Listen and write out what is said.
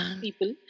people